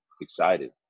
excited